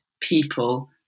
people